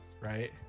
right